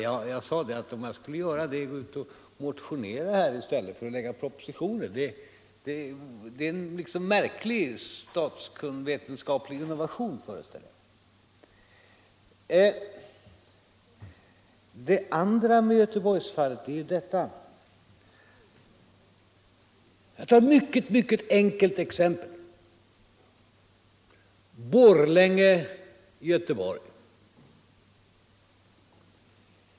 Tänk om jag skulle motionera här i stället för att lägga fram propositioner? Jag föreställer mig att detta är en märklig statsvetenskaplig innovation. Det finns en sak till i Göteborgsfallet, som jag vill ta upp. Jag tar ett mycket enkelt exempel. Jämför Borlänge och Göteborg.